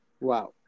Wow